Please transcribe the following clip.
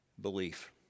Belief